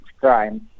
crime